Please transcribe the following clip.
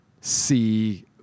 see